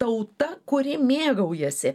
tauta kuri mėgaujasi